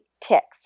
ticks